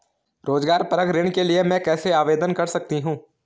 रोज़गार परक ऋण के लिए मैं कैसे आवेदन कर सकतीं हूँ?